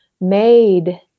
made